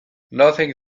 nothing